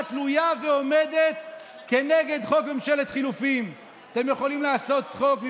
אנחנו רוצים לחזק את